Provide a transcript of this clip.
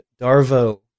Darvo